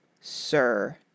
Sir